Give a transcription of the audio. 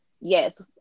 yes